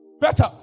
Better